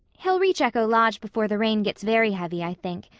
he'll reach echo lodge before the rain gets very heavy, i think.